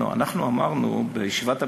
לא, אנחנו אמרנו בישיבת הממשלה,